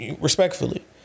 Respectfully